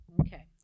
Okay